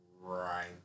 right